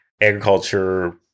agriculture